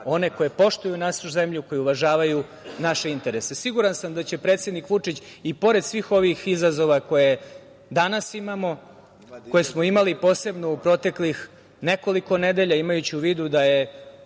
one koji poštuju našu zemlju, koji uvažavaju naše interese. Siguran sam da će predsednik Vučić i pored svih ovih izazova koje danas imamo, koje smo imali, posebno u proteklih nekoliko nedelja, imajući u vidu da je